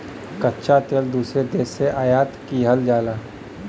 कच्चा तेल दूसरे देश से आयात किहल जाला